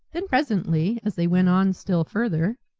then presently, as they went on still further,